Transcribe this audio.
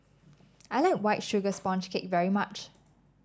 I like White Sugar Sponge Cake very much